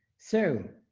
so,